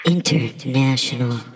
International